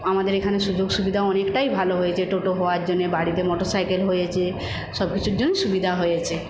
আমাদের এখানে সুযোগ সুবিধা অনেকটাই ভালো হয়েছে টোটো হওয়ার জন্যে বাড়িতে মোটর সাইকেল হয়েছে সব কিছুর জন্য সুবিধা হয়েছে